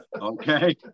okay